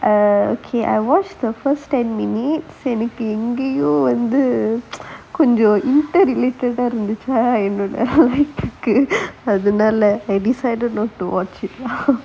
err okay eh okay I watched the first ten minute எனக்கு எங்கயோ வந்து கொஞ்சம் இருந்துச்சா என்னோட அமைப்புக்கு அதுனால:enakku engayo vanthu konjam irunthuchaa ennoda amaipukku athunaala I decided not to watch it